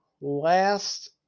last